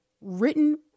written